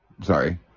Sorry